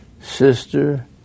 sister